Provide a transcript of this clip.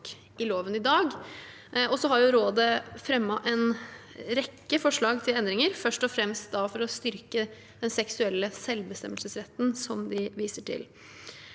i loven i dag. Rådet har fremmet en rekke forslag til endringer, først og fremst for å styrke den seksuelle selvbestemmelsesretten, som de viser til.